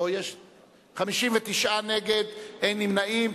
פה יש 59 נגד, אין נמנעים.